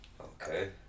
Okay